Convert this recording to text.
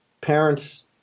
parents